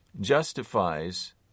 justifies